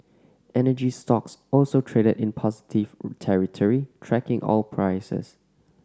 energy stocks also traded in positive territory tracking oil prices